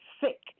sick